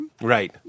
Right